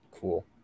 Cool